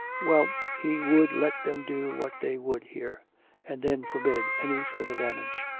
well he would let them do what they would here and then forbid any further damage.